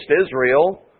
Israel